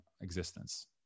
existence